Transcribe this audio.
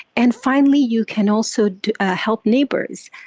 and finally, you can also help neighbors.